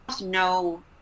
no